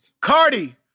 Cardi